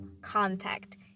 contact